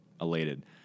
elated